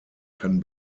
kann